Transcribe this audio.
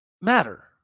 matter